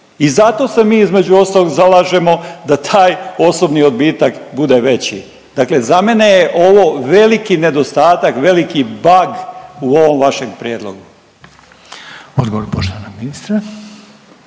I zato se mi, između ostalog zalažemo da taj osobni odbitak bude veći. Dakle za mene je ovo veliki nedostatak, veliki bug u ovom vašem prijedlogu. **Reiner,